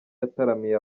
yataramiye